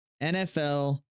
NFL